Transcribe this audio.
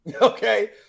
Okay